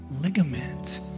ligament